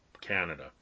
Canada